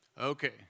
Okay